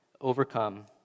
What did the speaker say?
overcome